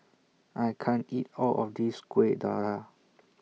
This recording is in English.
I can't eat All of This Kuih Dadar